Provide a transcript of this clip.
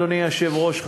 אדוני היושב-ראש,